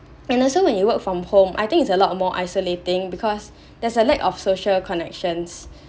and also when you work from home I think it's a lot more isolating because there's a lack of social connections